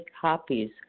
copies